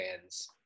fans